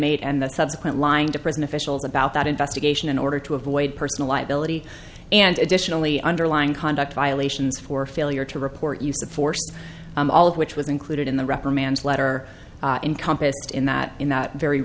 inmate and the subsequent lying to prison officials about that investigation in order to avoid personal liability and additionally underlying conduct violations for failure to report use of force all of which was included in the reprimands letter encompassed in that in that very